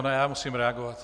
Ne, já musím reagovat.